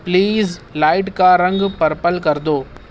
please light کا رنگ purple کر دو